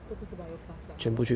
都不是 bio class lah how about that